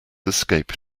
escape